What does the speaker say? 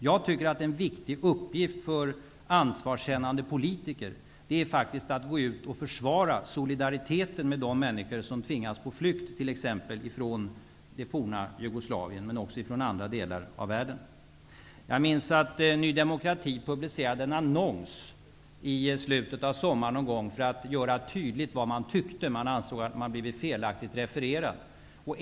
Jag tycker att det är en viktig uppgift för ansvarskännande politiker att gå ut och försvara solidariteten med de människor som tvingas på flykt, t.ex. från det forna Jugoslavien men också från andra delar av världen. Jag minns att Ny demokrati publicerade en annons i slutet av förra sommaren för att göra tydligt vad man tyckte, då man ansåg att man hade blivit felaktigt refererad.